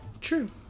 True